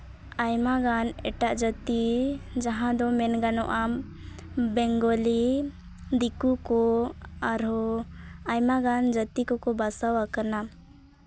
ᱟᱭᱢᱟᱜᱟᱱ ᱮᱴᱟᱜ ᱡᱟᱹᱛᱤ ᱡᱟᱦᱟᱸ ᱫᱚ ᱢᱮᱱ ᱜᱟᱱᱚᱜᱼᱟ ᱵᱮᱝᱜᱚᱞᱤ ᱫᱤᱠᱩ ᱠᱚ ᱟᱨᱦᱚᱸ ᱟᱭᱢᱟᱜᱟᱱ ᱡᱟᱹᱛᱤ ᱠᱚᱠᱚ ᱵᱟᱥᱟ ᱟᱠᱟᱱᱟ